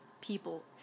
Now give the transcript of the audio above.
people